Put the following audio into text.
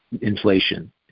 inflation